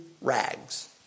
rags